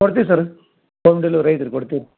ಕೊಡ್ತಿವಿ sir home delivery ಐತೆ ರೀ ಕೊಡ್ತಿವಿ